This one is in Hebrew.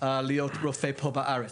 להיות רופא פה בארץ.